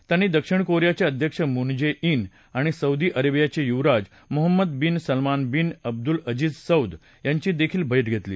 त्यांनी दक्षिण कोरियाचे अध्यक्ष मून जे इन आणि सौदी अरेबियाचे युवराज Mohammed bin Salman bin Abdulaziz Saud यांची देखील भे घेतली